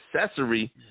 accessory